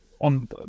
on